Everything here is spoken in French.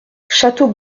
château